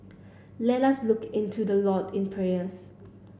let us look into the Lord in prayers